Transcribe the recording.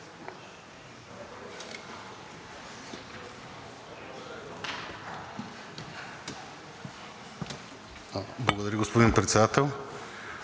Благодаря, господин Председател.